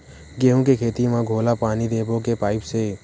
गेहूं के खेती म घोला पानी देबो के पाइप से?